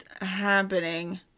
happening